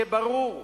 שיהיה ברור שה"חמאס"